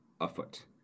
afoot